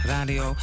Radio